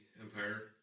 Empire